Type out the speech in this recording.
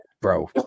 bro